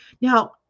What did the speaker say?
Now